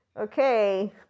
Okay